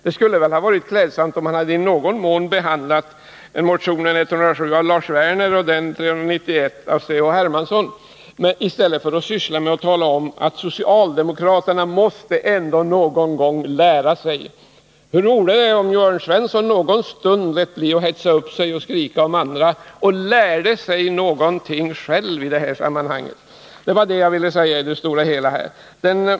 Det skulle ha varit klädsamt om han ändå något hade behandlat motionen 107 av Lars Werner m.fl. och 1979/80:391 av Carl-Henrik Hermansson m.fl., i stället för att ägna sig åt att tala om för socialdemokraterna att de ändå någon gång måste lära sig något. Det vore roligt om Jörn Svensson någon stund lät bli att hetsa upp sig och skrika om andra, så att han kunde lära sig någonting själv i detta sammanhang. Det var detta jag ville säga rent allmänt.